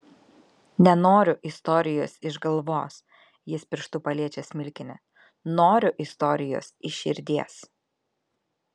nenoriu istorijos iš galvos jis pirštu paliečia smilkinį noriu istorijos iš širdies